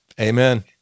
Amen